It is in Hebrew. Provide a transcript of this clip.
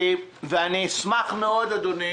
אני אשמח מאוד אדוני,